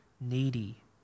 needy